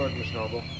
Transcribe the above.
miss noble.